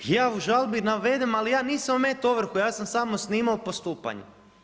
Ja u žalbi navedem ali ja nisam ometao ovrhu, ja sam samo snimao postupanje.